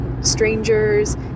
strangers